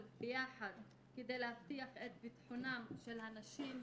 ביחד כדי להבטיח את ביטחונן של הנשים,